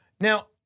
Now